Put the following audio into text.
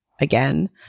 again